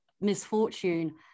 misfortune